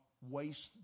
waste